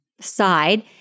side